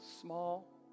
small